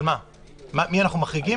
רשימה של מי אנחנו מחריגים?